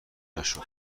نشد